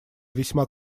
весьма